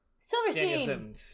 Silverstein